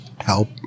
help